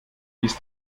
ist